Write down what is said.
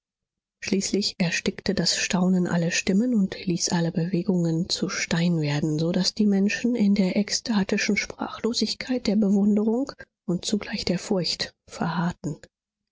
schließlich erstickte das staunen alle stimmen und ließ alle bewegungen zu stein werden so daß die menschen in der ekstatischen sprachlosigkeit der bewunderung und zugleich der furcht verharrten